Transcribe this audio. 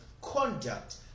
conduct